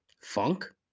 Funk